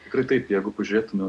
tikrai taip jeigu pažiūrėtume